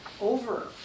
over